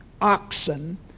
oxen